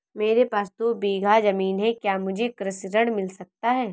मेरे पास दो बीघा ज़मीन है क्या मुझे कृषि ऋण मिल सकता है?